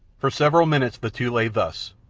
for several minutes the two lay thus,